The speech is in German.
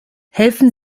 helfen